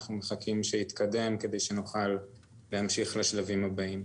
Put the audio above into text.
אנחנו מחכים שזה יתקדם כדי שנוכל להמשיך לשלבים הבאים.